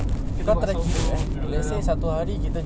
kita buat sound booth duduk dalam